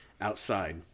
outside